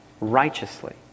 righteously